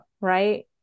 right